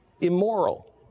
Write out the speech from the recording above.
immoral